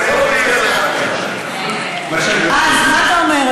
אז מה אתה אומר,